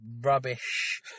rubbish